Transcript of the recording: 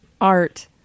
art